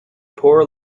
poor